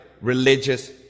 religious